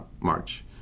March